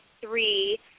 three